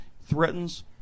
threatens